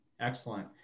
Excellent